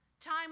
Time